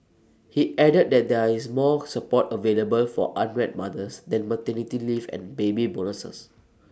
he added that there is more support available for unwed mothers than maternity leave and baby bonuses